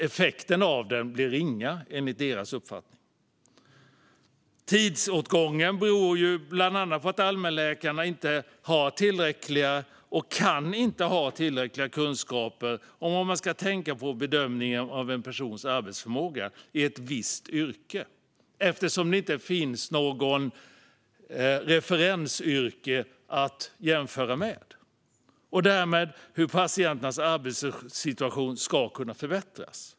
Effekterna av det blir ringa, enligt deras uppfattning. Tidsåtgången beror bland annat på att allmänläkarna inte har och inte kan ha tillräckliga kunskaper om vad man ska tänka på vid bedömningen av en persons arbetsförmåga i ett visst yrke, eftersom det inte finns något referensyrke att jämföra med, och därmed hur patienternas arbetssituation ska kunna förbättras.